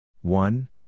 One